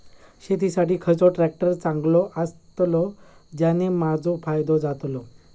शेती साठी खयचो ट्रॅक्टर चांगलो अस्तलो ज्याने माजो फायदो जातलो?